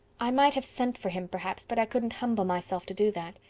i might have sent for him perhaps, but i couldn't humble myself to do that.